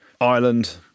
Ireland